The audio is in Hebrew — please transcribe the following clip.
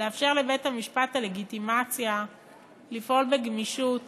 לאפשר לבית-המשפט את הלגיטימציה לפעול בגמישות